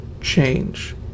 change